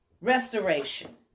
Restoration